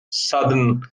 southern